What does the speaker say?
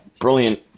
brilliant